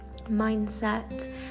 mindset